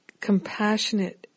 compassionate